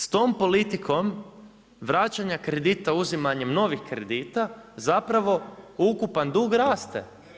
S tom politikom vraćanja kredita, uzimanjem novih kredita zapravo ukupni dug raste.